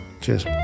Cheers